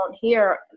hear